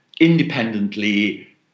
independently